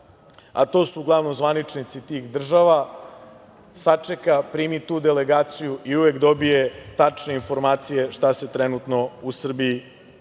a to su uglavnom zvaničnici tih država, sačeka, primi tu delegaciju i uvek dobije tačne informacije šta se trenutno u Srbiji dešava.